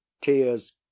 tears